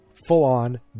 full-on